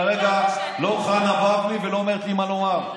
את כרגע לא חנה בבלי ולא אומרת לי מה לומר.